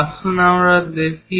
আসুন এটি দেখি